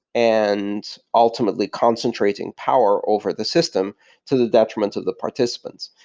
and ultimately concentrating power over the system to the detriment of the participants.